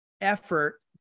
effort